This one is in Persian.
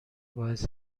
باعث